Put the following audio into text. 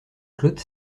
claude